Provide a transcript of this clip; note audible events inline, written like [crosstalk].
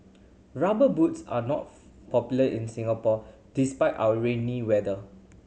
Rubber Boots are not [unintelligible] popular in Singapore despite our rainy weather